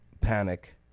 panic